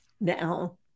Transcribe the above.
Now